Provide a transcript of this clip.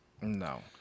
No